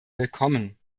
willkommen